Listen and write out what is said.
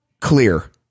clear